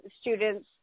students